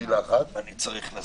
(היו"ר איתן גינזבורג, 15:08) אני מודה לך,